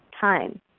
time